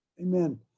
Amen